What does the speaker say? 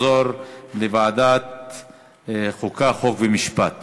לוועדת החוקה, חוק ומשפט